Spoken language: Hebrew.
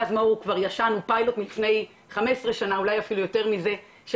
600 תחלואה כפולה אל מול המיטות באתר ראיתי שבשנת 2016